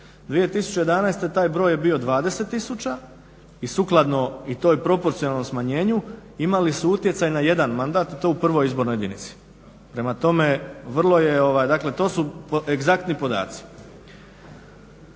2011.taj broj je bio 20 tisuća i sukladno i to proporcionalnom smanjenju imali su utjecaj na jedan mandat i to u 1.izbornoj jedinici. Prema tome to su egzaktni podaci.